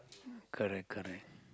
correct correct